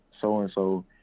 so-and-so